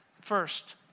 first